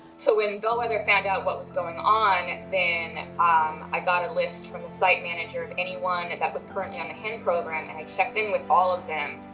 so when bellwether found out what was going on, then and ah um i got a list from the site manager of anyone that was currently on the hen program and i checked in with all of them.